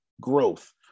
growth